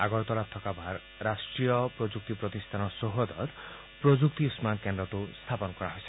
আগৰতলাত থকা ৰাষ্ট্ৰীয় প্ৰযুক্তি প্ৰতিষ্ঠানৰ চৌহদত প্ৰযুক্তি উম্মায়ণ কেন্দ্ৰটো স্থাপন কৰা হৈছে